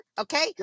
okay